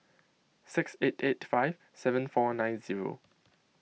six eight eight five seven four nine zero